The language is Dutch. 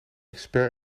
expert